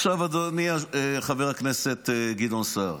עכשיו, אדוני חבר הכנסת גדעון סער,